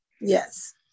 Yes